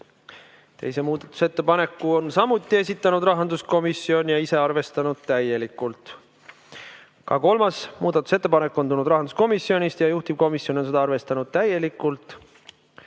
Teise muudatusettepaneku on samuti esitanud rahanduskomisjon ja on ise arvestanud täielikult. Ka kolmas muudatusettepanek on tulnud rahanduskomisjonist ja juhtivkomisjon on seda arvestanud täielikult.